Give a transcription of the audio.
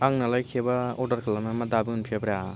आंनालाय केबा अर्डार खालामनानै मा दाबो मोनफैयाब्रा